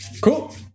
Cool